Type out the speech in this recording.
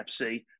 FC